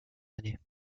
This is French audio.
années